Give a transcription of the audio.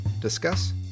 discuss